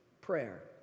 prayer